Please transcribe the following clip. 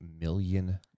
million